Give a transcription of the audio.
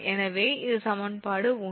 எனவே இது சமன்பாடு 1